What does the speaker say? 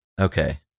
Okay